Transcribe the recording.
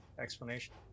explanation